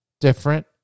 different